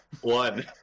One